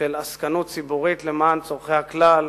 של עסקנות ציבורית למען צורכי הכלל,